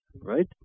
Right